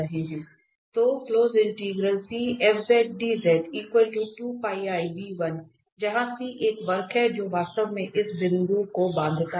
तो जहाँ C एक वक्र है जो वास्तव में इस बिंदु को बांधता है